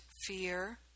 fear